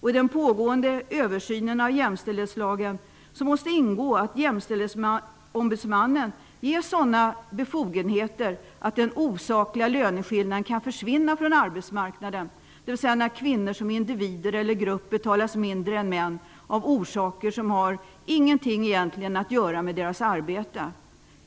I den pågående översynen av jämställdhetslagen måste ingå att jämställdhetsombudsmannen ges sådana befogenheter att den osakliga löneskillnaden kan försvinna från arbetsmarknaden, dvs. i de fall då kvinnor som individer eller grupp betalas mindre än män av orsaker som egentligen inte har någonting att göra med deras arbete.